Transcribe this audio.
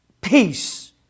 peace